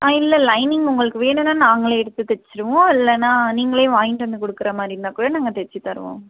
ஆ இல்லை லைனிங் உங்களுக்கு வேணும்ன்னா நாங்களே எடுத்து தச்சுருவோம் இல்லைன்னா நீங்களே வாங்கிட்டு வந்து கொடுக்குற மாதிரி இருந்தா கூட நாங்கள் தச்சு தருவோம்